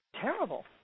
terrible